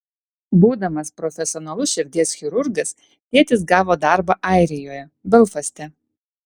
būdamas profesionalus širdies chirurgas tėtis gavo darbą airijoje belfaste